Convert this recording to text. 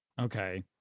okay